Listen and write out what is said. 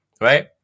right